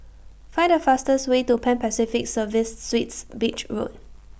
Find The fastest Way to Pan Pacific Serviced Suites Beach Road